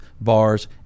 bars